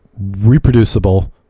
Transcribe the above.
reproducible